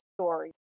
story